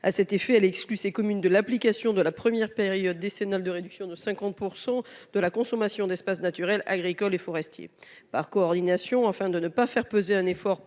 À cet effet, elle exclut ces communes de l'application de la première période décennale de réduction de 50% de la consommation d'espaces naturels agricoles et forestiers par coordination afin de ne pas faire peser un effort plus